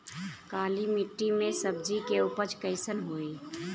काली मिट्टी में सब्जी के उपज कइसन होई?